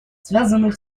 связанных